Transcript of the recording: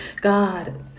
God